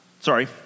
Sorry